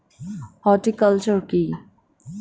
Horticulture কি?